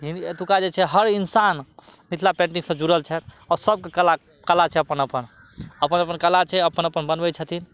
हिन्द एतुका जे छै हर इन्सान मिथिला पेन्टिंगसँ जुड़ल छथि आओर सबके कला कला छै अपन अपन कला छै अपन अपन बनबय छथिन